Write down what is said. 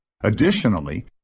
Additionally